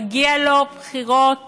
מגיעות לו בחירות